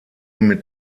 mit